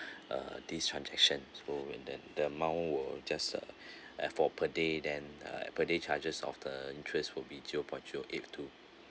uh this transaction so when the the amount will just uh as for per day then uh per day charges of the interest will be zero point zero eight too